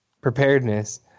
preparedness